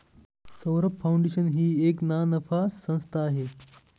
Saurabh foundation ही एक ना नफा संस्था आहे